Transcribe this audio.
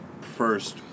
first